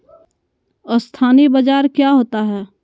अस्थानी बाजार क्या होता है?